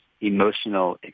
emotional